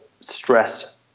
stress